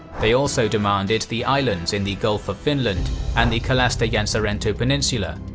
they also demanded the islands in the gulf of finland and the kalastajansaarento peninsula,